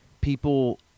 people